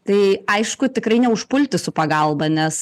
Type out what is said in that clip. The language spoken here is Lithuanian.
tai aišku tikrai ne užpulti su pagalba nes